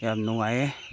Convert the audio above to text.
ꯌꯥꯝ ꯅꯨꯡꯉꯥꯏꯌꯦ